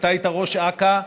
אתה היית ראש אכ"א,